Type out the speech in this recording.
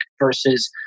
versus